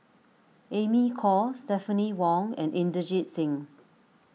Amy Khor Stephanie Wong and Inderjit Singh